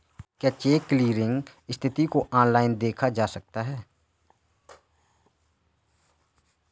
क्या cheque clearing स्थिति को ऑनलाइन देखा जा सकता है?